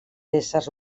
éssers